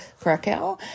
Krakow